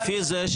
לפי זה,